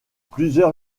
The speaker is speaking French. plusieurs